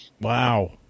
Wow